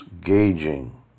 gauging